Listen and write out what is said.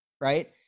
right